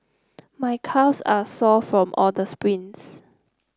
my calves are sore from all the sprints